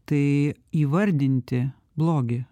tai įvardinti blogį